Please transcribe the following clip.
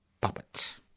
puppet